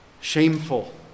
Shameful